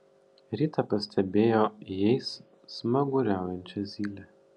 rytą pastebėjo jais smaguriaujančią zylę